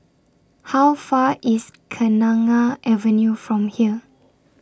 How Far IS Kenanga Avenue from here